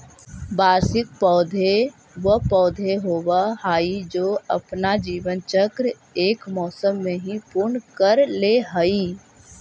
वार्षिक पौधे व पौधे होवअ हाई जो अपना जीवन चक्र एक मौसम में ही पूर्ण कर ले हई